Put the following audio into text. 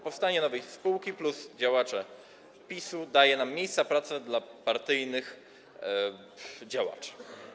Powstanie nowej spółki plus działacze PiS-u to miejsca pracy dla partyjnych działaczy.